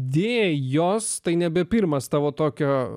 dieve jos tai nebe pirmas tavo tokio